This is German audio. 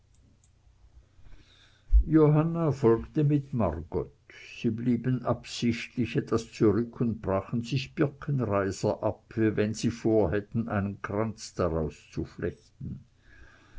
johanna folgte mit margot sie blieben absichtlich etwas zurück und brachen sich birkenreiser ab wie wenn sie vorhätten einen kranz daraus zu flechten